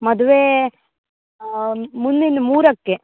ಮದುವೆ ಮುಂದಿನ ಮೂರಕ್ಕೆ